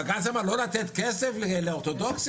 בג"ץ אמר לא לתת כסף לאורתודוכסים?